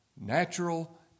Natural